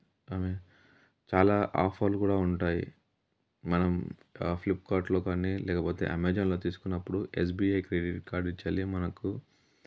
ఆమె చాలా ఆఫర్లు కూడా ఉంటాయి మనం కా ఫ్లిప్కార్ట్లో కానీ లేకపోతే అమెజాన్లో తీసుకున్నప్పుడు ఎస్బిఐ క్రెడిట్ కార్డ్ చెల్లి మనకు